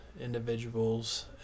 individuals